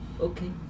Okay